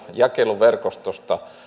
jakeluverkostosta että